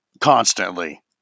constantly